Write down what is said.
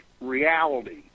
reality